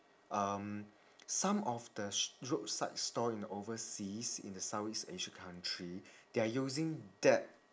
um some of the sh~ roadside stall in overseas in the south east asia country they are using dead